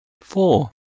Four